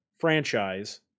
franchise